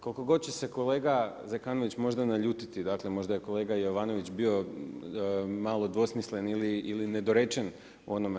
Koliko god će se kolega Zekanović možda naljutiti, dakle možda je kolega Jovanović bio malo dvosmislen ili nedorečen u onome.